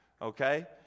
Okay